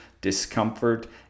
discomfort